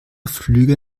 flüge